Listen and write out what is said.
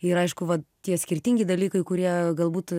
ir aišku va tie skirtingi dalykai kurie galbūt